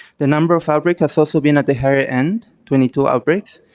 the number of outbreak has also been at the higher end, twenty two outbreaks.